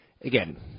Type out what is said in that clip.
Again